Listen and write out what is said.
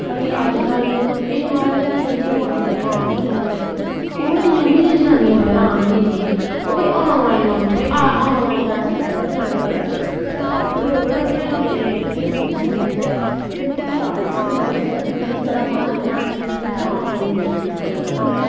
भाई अज्जकल्ल एह् महाराज जेह्ड़े जागतें गी लोआंदे जेह्ड़े पैंपर होंदे जेह्के ओह् बी नी जनानियां बजारां आह्नदियां जाइयै ओह् बी आनलाइन नोआंदियां भाई आनलाइन दा ऐसा डाडा जमाना चलेआ कि लोग ना इ'यां इन्ने इ'यां सूखम होई गेदे ते फ्ही आखदे असें' बमारियां लग्गी गेइयां फ्ही घरा बाहर निकलना नी उ'नें फ्ही उ'नें आनलाइन लेटे लेटे शापिंगां करनियां